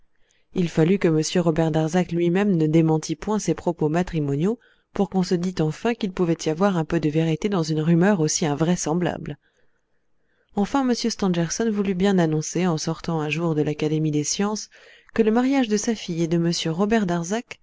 il fallut que m robert darzac lui-même ne démentît point ces propos matrimoniaux pour qu'on se dît enfin qu'il pouvait y avoir un peu de vérité dans une rumeur aussi invraisemblable enfin m stangerson voulut bien annoncer en sortant un jour de l'académie des sciences que le mariage de sa fille et de m robert darzac